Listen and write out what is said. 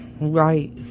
Right